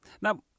Now